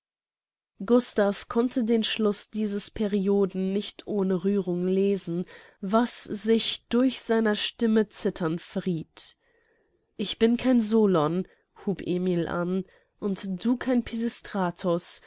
gustav konnte den schluß dieses perioden nicht ohne rührung lesen was sich durch seiner stimme zittern verrieth ich bin kein solon hub emil an und du kein